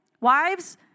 wives